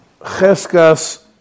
Cheskas